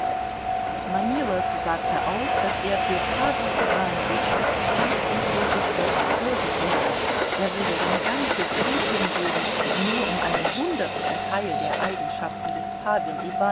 manilow sagte aus daß er für pawel iwanowitsch stets wie für sich selbst bürgen werde er würde sein ganzes gut hingeben nur um einen hundertsten teil der eigenschaften des